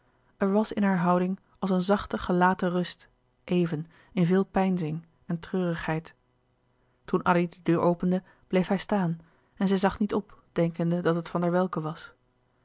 er was in hare houding als een zachte gelaten rust even in veel peinzing en treurigheid toen addy de deur opende bleef hij staan en zij zag niet op denkende dat het van der welcke was